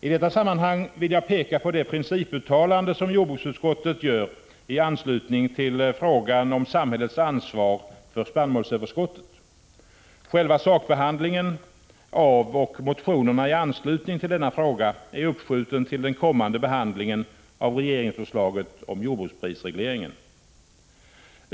I detta sammanhang vill jag peka på det principuttalande som jordbruksutskottet gör i anslutning till frågan om samhällets ansvar för spannmålsöverskottet. Själva sakbehandlingen av och motionerna i anslutning till denna fråga har uppskjutits till den kommande behandlingen av regeringsförslaget om jordbruksprisregleringen.